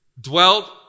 dwelt